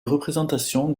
représentations